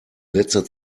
letzter